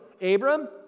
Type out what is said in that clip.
Abram